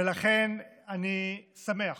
ולכן אני שמח